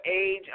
age